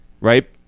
Right